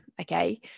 okay